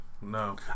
No